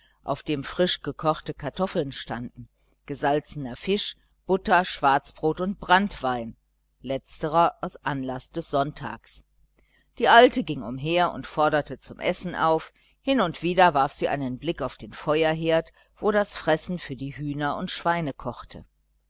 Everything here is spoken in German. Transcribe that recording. auf dem frischgekochte kartoffeln standen gesalzener fisch butter schwarzbrot und branntwein letzterer aus anlaß des sonntags die alte ging umher und forderte zum essen auf hin und wieder warf sie einen blick auf den feuerherd wo das fressen für die hühner und schweine kochte